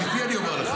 אמיתי, אני אומר לך.